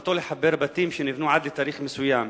שמטרתו לחבר בתים שנבנו עד תאריך מסוים.